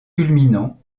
culminant